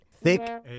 Thick